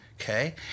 Okay